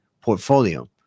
portfolio